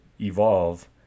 evolve